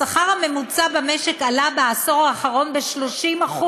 השכר הממוצע במשק עלה בעשור האחרון ב-30%,